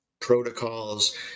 protocols